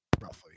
roughly